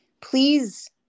please